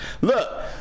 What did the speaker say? Look